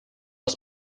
aus